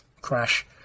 crash